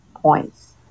points